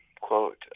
quote